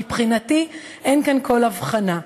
מבחינתי אין כאן כל הבחנה,